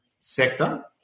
sector